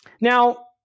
Now